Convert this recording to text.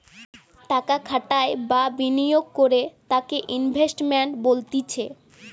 টাকা খাটাই বা বিনিয়োগ করে তাকে ইনভেস্টমেন্ট বলতিছে